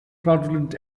fraudulent